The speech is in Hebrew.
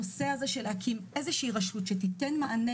הנושא הזה של להקים איזושהי רשות שתיתן מענה